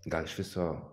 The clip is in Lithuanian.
gal iš viso